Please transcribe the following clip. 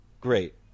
great